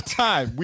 time